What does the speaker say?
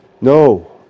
No